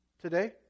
today